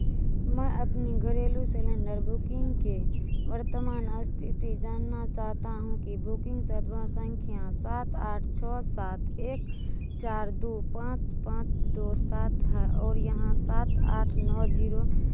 मैं अपनी घरेलु सलेंडर बुकिंग के वर्तमान अस्थिति जानना चाहता हूँ की बुकिंग संख्या सात आठ छः सात एक चार दो पाँच पाँच दो सात है और यहाँ सात आठ नौ जीरो